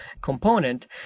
component